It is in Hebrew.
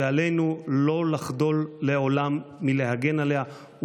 ועלינו לא לחדול לעולם מלהגן עליה.